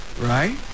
Right